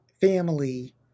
family